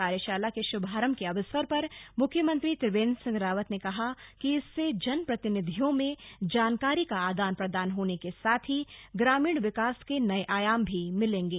कार्यशाला के शुभारंभ के अवसर पर मुख्यमंत्री त्रिवेन्द्र सिंह रावत ने कहा कि इससे जन प्रतिनिधियों में जानकारी का आदान प्रदान होने के साथ ही ग्रामीण विकास के नये आयाम भी मिलेंगे